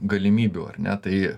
galimybių ar ne tai